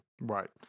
Right